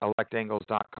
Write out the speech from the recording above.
electangles.com